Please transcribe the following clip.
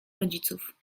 rodziców